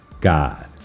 God